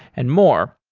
and more.